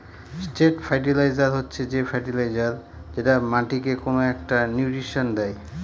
straight fertilizer হচ্ছে যে fertilizer যেটা মাটিকে কোনো একটা নিউট্রিশন দেয়